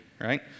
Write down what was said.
right